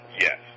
yes